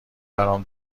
برام